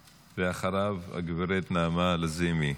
ואחריו, הגברת נעמה לזימי.